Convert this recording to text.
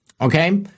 okay